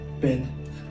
Ben